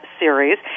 series